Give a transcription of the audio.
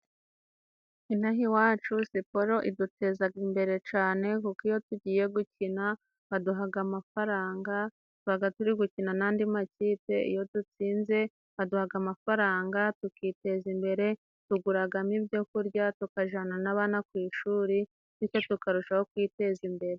Inaha iwacu siporo idutezaga imbere cane kuko iyo tugiye gukina baduhaga amafaranga, tubaga turi gukina n'andi makipe. Iyo dutsinze aduhaga amafaranga tukiteza imbere, tuguragamo ibyo kurya tukajana abana ku ishuri bityo tukarushaho kwiteza imbere.